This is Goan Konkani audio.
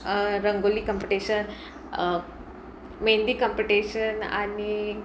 रंगोली कंपिटिशन मेहंदी कंम्पिटिशन आनी